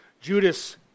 Judas